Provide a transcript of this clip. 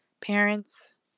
Parents